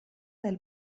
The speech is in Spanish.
del